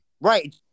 Right